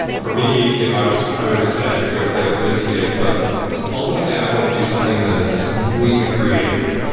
for me, you know i was i was excited to play a blues gig, but ultimately i want to do something that is completely creative.